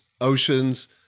oceans